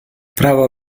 prawo